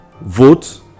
vote